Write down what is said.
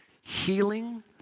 healing